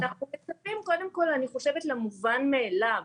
אנחנו מצפים למובן מאליו,